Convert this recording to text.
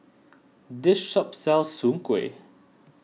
this shop sells Soon Kway